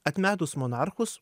atmetus monarchus